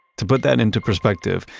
to put that into perspective,